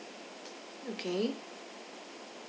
okay